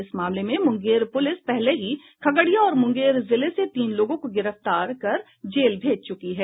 इस मामले में मुंगेर पुलिस पहले ही खगड़िया और मुंगेर जिले से तीन लोगों को गिरफतार कर जेल भेज चूकी है